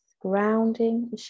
grounding